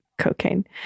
cocaine